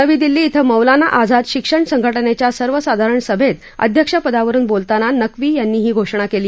नवी दिल्ली शि मौलाना आझाद शिक्षण संघटनच्चा सर्वसाधारण सभत्तअध्यक्षपदावरुन बोलताना नक्वी यांनी ही घोषणा क्ली